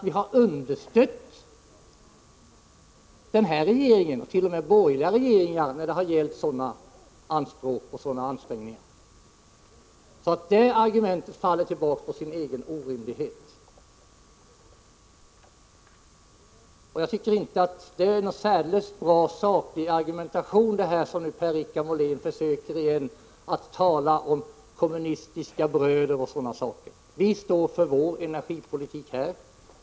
Vi har understött den här regeringen, och t.o.m. borgerliga regeringar, när det gällt sådana anspråk och ansträngningar. Så ert argument på den punkten faller på sin egen orimlighet. Det var inte någon särdeles bra saklig argumentation som Per-Richard Molén försökte med när han talade om kommunistiska bröder. Vi står för vår energipolitik.